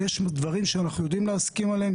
יש דברים שאנחנו יודעים להסכים עליהם.